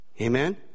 Amen